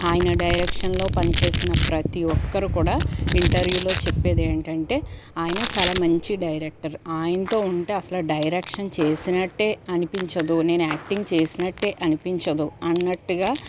ఆయన డైరెక్షన్లో పనిచేసిన ప్రతి ఒక్కరూ కూడా ఇంటర్వ్యూలో చెప్పేదేంటంటే ఆయన చాలా మంచి డైరెక్టర్ ఆయనతో ఉంటే అసల డైరెక్షన్ చేసినట్టే అనిపించదు నేను యాక్టింగ్ చేసినట్టే అనిపించదు అన్నట్టుగా